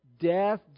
death